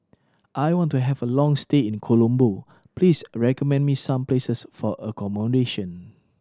I want to have a long stay in Colombo Please recommend me some places for accommodation